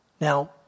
Now